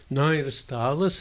na ir stalas